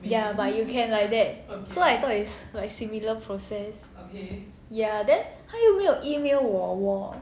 ya but you can like that so I thought is like similar process ya then 它又没有 email 我喔